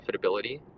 profitability